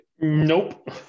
Nope